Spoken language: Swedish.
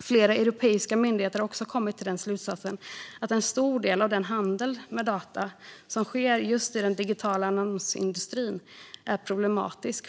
Flera europeiska myndigheter har också kommit till slutsatsen att en stor del av den handel med data som sker just i den digitala annonsindustrin är problematisk.